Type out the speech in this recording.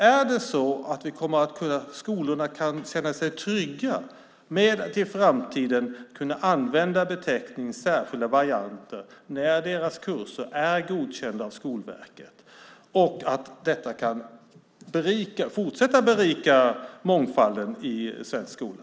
Kommer skolorna att kunna känna sig trygga med att i framtiden kunna använda beteckningen "särskilda varianter" när deras kurser är godkända av Skolverket och fortsätta att berika mångfalden i svensk skola?